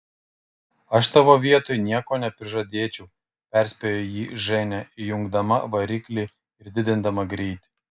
aš tavo vietoj nieko neprižadėčiau perspėjo jį ženia įjungdama variklį ir didindama greitį